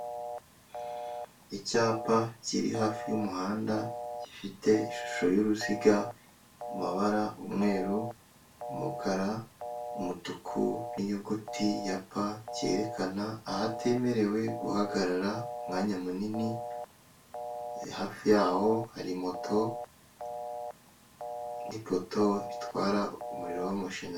Icyapa kiri hafi y'umuhanda gifite ishusho y'uruziga, amabara: umweru, umukara, umutuku n'inyuguti ya pa, cyerekana ahatemerewe guhagarara umwanya munini, hafi yaho hari moto n'ipoto bitwara umuriro w'amashanyarazi.